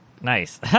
Nice